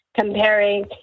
comparing